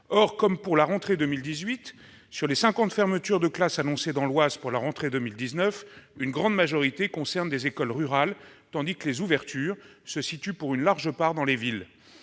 Or, comme pour la rentrée 2018, sur les cinquante fermetures de classes annoncées dans l'Oise pour la rentrée 2019, une grande majorité concerne des écoles rurales tandis que les ouvertures se situent, pour une large part, dans les villes.